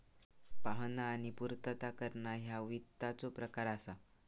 पाहणा आणि पूर्तता करणा ह्या वित्ताचो प्रकार असा